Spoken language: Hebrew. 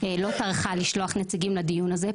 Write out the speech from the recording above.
לא טרחה לשלוח נציגים לדיון הזה,